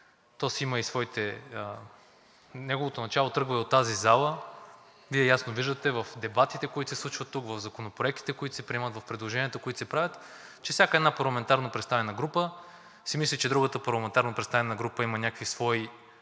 е в обществото, неговото начало тръгва и от тази зала. Вие ясно виждате в дебатите, които се случват тук, в законопроектите, които се приемат, в предложенията, които се правят, че всяка една парламентарно предоставена група си мисли, че другата парламентарно представена група има някакви свои